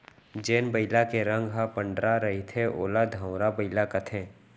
जेन बइला के रंग ह पंडरा रहिथे ओला धंवरा बइला कथें